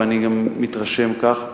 ואני מתרשם כך,